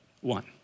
one